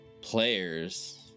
players